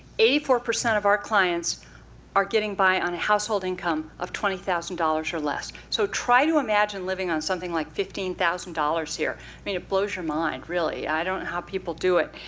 eighty four percent of our clients are getting by on a household income of twenty thousand dollars or less. so try to imagine living on something like fifteen thousand dollars here. i mean it blows your mind, really. i don't know how people do it.